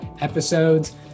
episodes